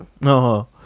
No